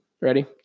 ready